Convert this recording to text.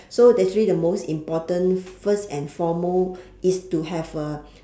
so actually the most important first and foremost is to have a